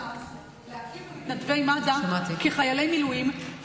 אני ביקשתי מהשר גלנט להכיר במתנדבי זק"א כחיילי מילואים.